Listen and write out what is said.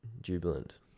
jubilant